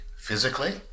physically